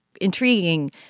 intriguing